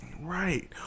Right